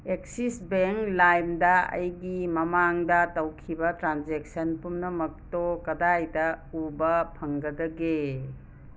axis bank ꯂꯥꯏꯝꯗ ꯑꯩꯒꯤ ꯃꯃꯥꯡꯗ ꯇꯧꯈꯤꯕ ꯇ꯭ꯔꯥꯟꯖꯦꯛꯁꯟ ꯄꯨꯝꯅꯃꯛꯇꯣ ꯀꯗꯥꯏꯗ ꯎꯕ ꯐꯪꯒꯗꯒꯦ